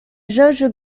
jauge